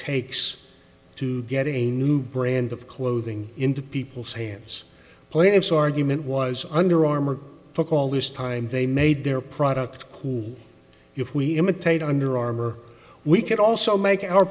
takes to get a new brand of clothing into people's hands plaintiff's argument was under armor took all this time they made their product cool if we imitate under armor we could also make our